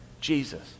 Jesus